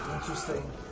Interesting